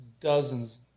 dozens